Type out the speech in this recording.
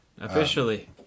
officially